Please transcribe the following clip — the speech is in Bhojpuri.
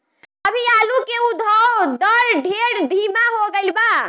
अभी आलू के उद्भव दर ढेर धीमा हो गईल बा